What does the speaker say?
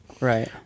right